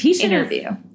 interview